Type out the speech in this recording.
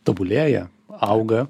tobulėja auga